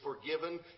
forgiven